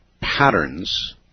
patterns